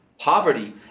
Poverty